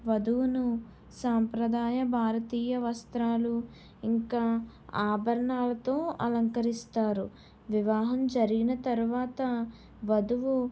వధువును సాంప్రదాయ భారతీయ వస్త్రాలు ఇంకా ఆభరణాలతో అలంకరిస్తారు వివాహం జరిగిన తర్వాత వధువు